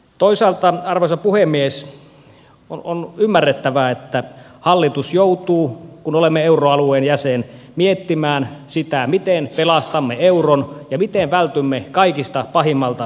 toisaalta arvoisa puhemies on ymmärrettävää että hallitus joutuu kun olemme euroalueen jäsen miettimään sitä miten pelastamme euron ja miten vältymme kaikkein pahimmilta skenaarioilta